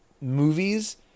movies